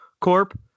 Corp